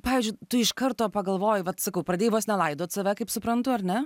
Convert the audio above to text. pavyzdžiui tu iš karto pagalvoji vat sakau pradėjai vos ne laidot save kaip suprantu ar ne